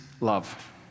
love